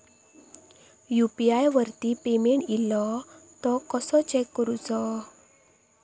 UPI वरती payment इलो तो कसो चेक करुचो?